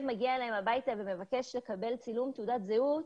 מגיע אליהם הביתה ומבקש לקבל צילום תעודת זהות,